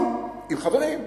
עם חברים,